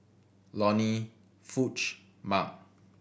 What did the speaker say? Lonny Foch Mark